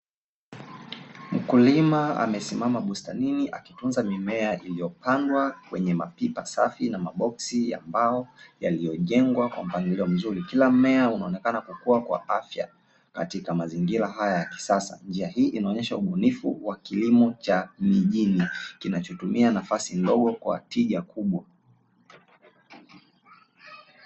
Mkulima amesimama bustanini akitunza mimea iliyopandwa kwenye mapipa safi na maboxsi ya mbao yaliyojengwa kwa mpangilio mzuri, kila mmea unaonekana kukuwa kwa afya katika mazingira haya ya kisasa. Njia hii inaonyesha ubunifu wa kilimo cha mijini kinachotumia nafasi ndogo kwa tija kubwa.